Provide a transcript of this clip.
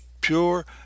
pure